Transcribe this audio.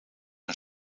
een